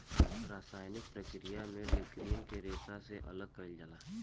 रासायनिक प्रक्रिया में लीग्रीन के रेशा से अलग कईल जाला